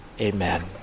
Amen